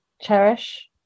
cherish